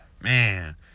Man